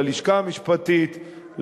ללשכה המשפטית,